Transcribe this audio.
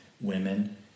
Women